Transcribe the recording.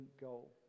goal